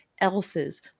else's